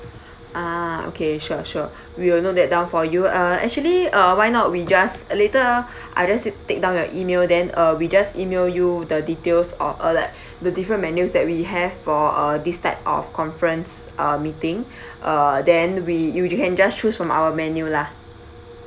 ah okay sure sure we will note that down for you uh actually uh why not we just later I just to take down your email then uh we just email you the details of uh like the different menus that we have for uh this type of conference uh meeting uh then we you can just choose from our menu lah